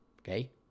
okay